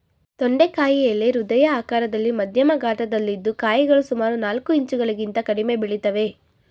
ತೊಂಡೆಕಾಯಿ ಎಲೆ ಹೃದಯ ಆಕಾರದಲ್ಲಿ ಮಧ್ಯಮ ಗಾತ್ರದಲ್ಲಿದ್ದು ಕಾಯಿಗಳು ಸುಮಾರು ನಾಲ್ಕು ಇಂಚುಗಳಿಗಿಂತ ಕಡಿಮೆ ಬೆಳಿತವೆ